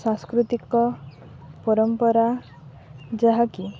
ସାଂସ୍କୃତିକ ପରମ୍ପରା ଯାହାକି